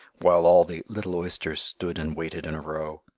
while all the little oysters stood and waited in a row.